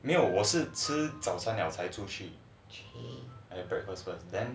没有我是吃早餐才出去